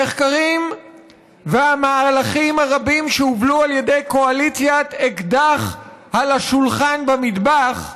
המחקרים והמהלכים הרבים שהובלו על ידי קואליציית "אקדח על השולחן במטבח"